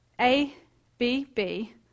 A-B-B